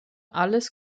alles